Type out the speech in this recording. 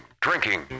drinking